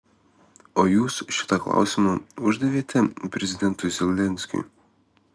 o jūs šitą klausimą uždavėte prezidentui zelenskiui